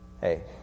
Hey